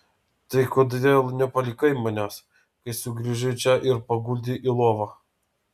tai kodėl nepalikai manęs kai sugrįžai čia ir paguldei į lovą